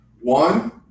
One